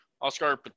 Oscar